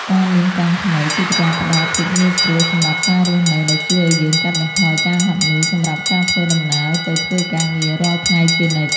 ការមានកង់ថ្មីគឺជាការផ្ដល់ភាពងាយស្រួលសម្រាប់ការរស់នៅដែលជួយឱ្យយើងកាត់បន្ថយការហត់នឿយសម្រាប់ការធ្វើដំណើរទៅធ្វើការងាររាល់ថ្ងៃជានិច្ច។